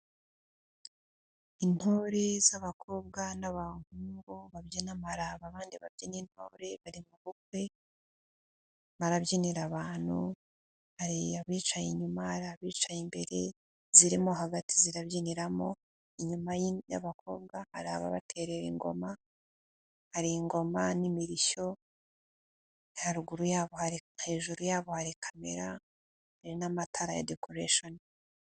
Intore z'abakobwa n'abahungu babyina amaraba, abandi babyina intore, bari mu bukwe barabyinira abantu, hari abicaye inyuma, ari abicaye imbere, zirimo hagati zirabyinira inyuma y'abakobwa, hari ababaterera ingoma, hari ingoma n'imirishyo, hejuru yabo hari kamera n'amatara ya dekoreshoni.